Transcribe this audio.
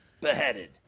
beheaded